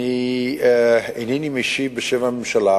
אינני משיב בשם הממשלה,